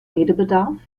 redebedarf